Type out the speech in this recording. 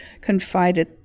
confided